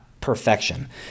perfection